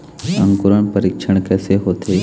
अंकुरण परीक्षण कैसे होथे?